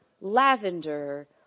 lavender